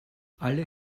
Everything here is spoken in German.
alle